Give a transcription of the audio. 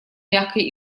мягкой